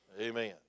Amen